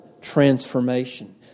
transformation